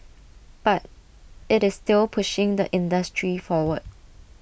but IT is still pushing the industry forward